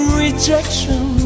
rejection